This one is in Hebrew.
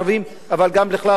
אבל גם ביחס לכלל הציבור הערבי.